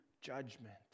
judgment